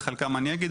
את חלקן אני אגיד,